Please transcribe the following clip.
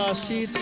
um c